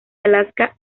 alaska